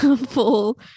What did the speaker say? full